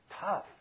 tough